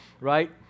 right